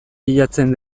bilatzen